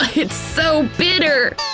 it's so bitter!